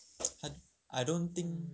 很 I don't think